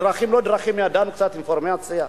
בדרכים לא דרכים ידענו קצת אינפורמציה.